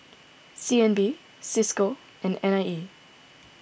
C N B Cisco and N I E